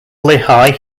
lehigh